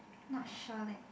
not sure leh